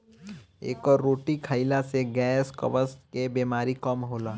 एकर रोटी खाईला से गैस, कब्ज के बेमारी कम होला